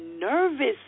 nervous